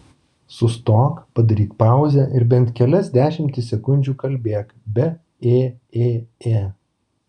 sustok padaryk pauzę ir bent kelias dešimtis sekundžių kalbėk be ė ė ė